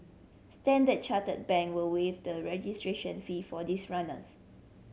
Standard Chartered Bank will waive the registration fee for these runners